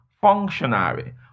functionary